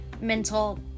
mental